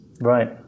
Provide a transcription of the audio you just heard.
right